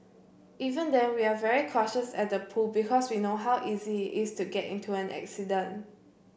even then we're very cautious at the pool because we know how easy is to get into an accident